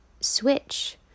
switch